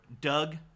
Doug